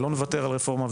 לא נוותר על רפורמה,